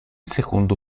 secondo